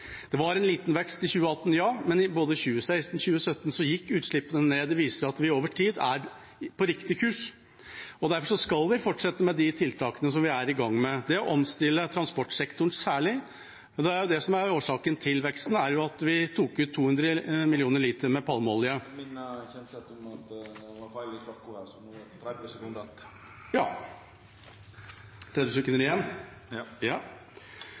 men i både 2016 og 2017 gikk utslippene ned. Det viser at vi over tid er på riktig kurs. Derfor skal vi fortsette med de tiltakene vi er i gang med, og omstille særlig transportsektoren. Men det som er årsaken til veksten, er jo at vi tok ut 200 millioner liter med palmeolje. Eg må minna representanten Kjenseth om at klokka viser feil, slik at det no er berre 30 sekund att. Vi må fortsette den omstillingen vi holder på med i